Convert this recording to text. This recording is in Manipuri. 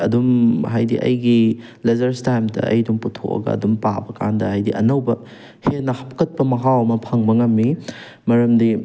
ꯑꯗꯨꯝ ꯍꯥꯏꯗꯤ ꯑꯩꯒꯤ ꯂꯦꯖꯔꯁ ꯇꯥꯏꯝꯗ ꯑꯩ ꯑꯗꯨꯝ ꯊꯣꯛꯑꯒ ꯑꯗꯨꯝ ꯄꯥꯕ ꯀꯥꯟꯗ ꯍꯥꯏꯗꯤ ꯑꯅꯧꯕ ꯍꯦꯟꯅ ꯍꯥꯞꯀꯠꯄ ꯃꯍꯥꯎ ꯑꯃ ꯐꯪꯕ ꯉꯝꯃꯤ ꯃꯔꯝꯗꯤ